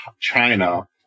china